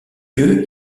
lieu